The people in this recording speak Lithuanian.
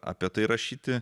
apie tai rašyti